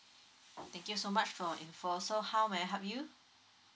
thank you so much for your info so how may I help you